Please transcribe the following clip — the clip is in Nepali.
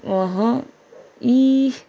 अहँ इस